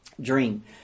dream